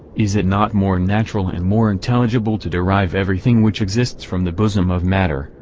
is it not more natural and more intelligible to derive everything which exists from the bosom of matter,